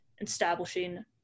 establishing